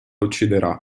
ucciderà